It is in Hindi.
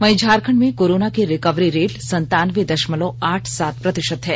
वहीं झारखंड में कोरोना की रिकवरी रेट सनतानबे दशमलव आठ सात प्रतिशत हैं